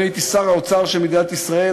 אני הייתי שר האוצר של מדינת ישראל,